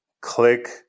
click